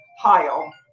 pile